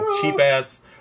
cheap-ass